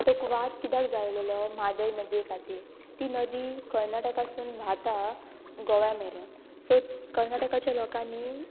तो वाद कित्याक जाल्लेलो म्हादय नदी खातीर ती नदी कर्नाटकासून व्हांवता गोव्या मेरेन सो कर्नाटकाच्या लोकांनी